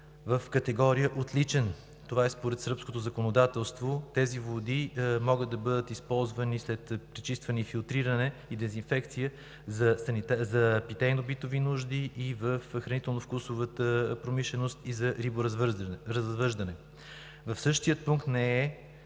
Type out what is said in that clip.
в категория „отличен“ според сръбското законодателство. Тези води могат да бъдат използвани след пречистване, филтриране и дезинфекция за питейно-битови нужди, в хранително-вкусовата промишленост и за риборазвъждане. В същия пункт не е